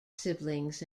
siblings